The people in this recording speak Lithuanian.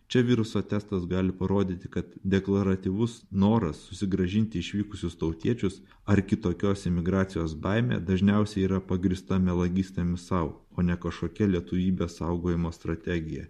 čia viruso testas gali parodyti kad deklaratyvus noras susigrąžinti išvykusius tautiečius ar kitokios imigracijos baimė dažniausiai yra pagrįsta melagystėmis sau o ne kažkokia lietuvybės saugojimo strategija